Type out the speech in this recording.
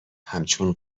همچون